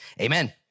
Amen